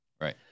right